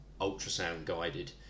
ultrasound-guided